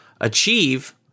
achieve